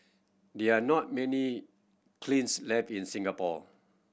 there are not many kilns left in Singapore